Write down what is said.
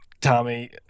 Tommy